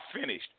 finished